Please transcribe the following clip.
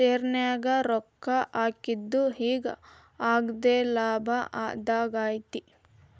ಶೆರ್ನ್ಯಾಗ ರೊಕ್ಕಾ ಹಾಕಿದ್ದು ಈಗ್ ಅಗ್ದೇಲಾಭದಾಗೈತಿ